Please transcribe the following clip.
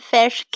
Fish